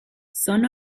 son